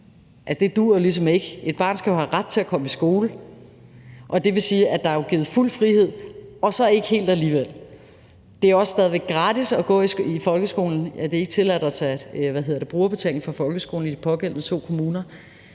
Det duer jo ligesom ikke. Et barn skal jo have ret til at komme i skole. Det vil sige, at der er givet fuld frihed, og så ikke helt alligevel. Det er også stadig væk gratis at gå i folkeskolen; det er ikke tilladt at tage brugerbetaling for folkeskolen i de pågældende to kommuner.